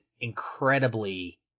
incredibly